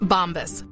Bombas